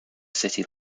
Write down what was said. city